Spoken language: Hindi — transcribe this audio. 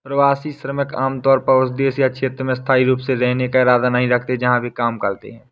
प्रवासी श्रमिक आमतौर पर उस देश या क्षेत्र में स्थायी रूप से रहने का इरादा नहीं रखते हैं जिसमें वे काम करते हैं